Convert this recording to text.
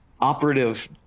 operative